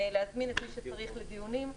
להזמין את מי שצריך לדיונים,